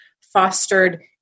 fostered